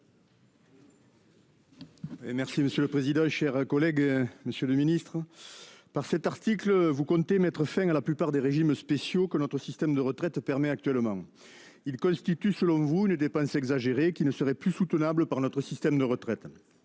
sur l'article. Monsieur le ministre, par cet article, vous comptez mettre fin à la plupart des régimes spéciaux que notre système de retraite permet actuellement. Ces régimes constituent, selon vous, une dépense exagérée qui ne serait plus soutenable par notre système de retraite.